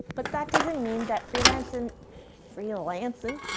but that doesn't mean that freelancin' freelancin'!